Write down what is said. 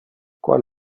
qual